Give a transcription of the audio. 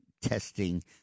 testing